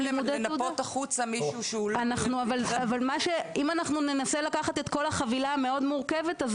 ברשותך אני רק אדייק את מה שאמרת קודם בקשר לקוסמטיקה,